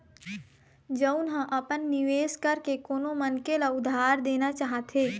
जउन ह अपन निवेश करके कोनो मनखे ल उधार देना चाहथे